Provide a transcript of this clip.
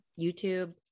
YouTube